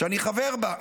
שאני חבר בה,